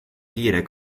kiire